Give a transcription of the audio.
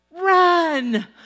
run